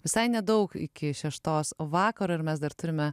visai nedaug iki šeštos vakaro ir mes dar turime